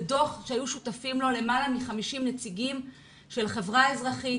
זה דוח שהיו שותפים לו למעלה מ-50 נציגים של חברה אזרחית,